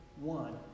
one